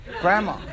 grandma